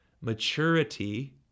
maturity